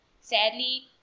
sadly